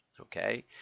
Okay